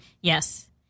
Yes